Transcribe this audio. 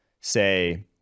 say